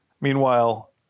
Meanwhile